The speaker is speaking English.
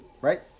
right